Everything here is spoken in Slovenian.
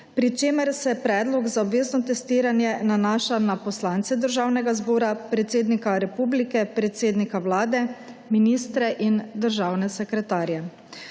pri čemer se predlog za obvezno testiranje nanaša na poslance Državnega zbora, predsednika Republike, predsednika Vlade, ministre in državne sekretarje.